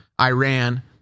Iran